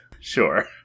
sure